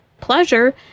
pleasure